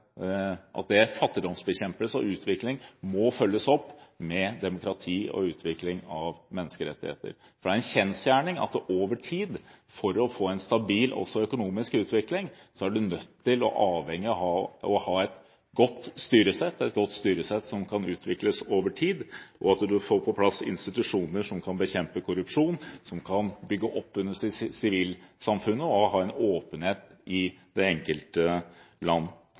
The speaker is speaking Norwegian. over tid, for å få en stabil og økonomisk utvikling, er nødt til og avhengig av å ha et godt styresett som kan utvikles over tid, at man får på plass institusjoner som kan bekjempe korrupsjon, som kan bygge opp under sivilsamfunnet og ha en åpenhet i det enkelte land.